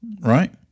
right